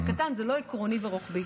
זה קטן, זה לא עקרוני ורוחבי.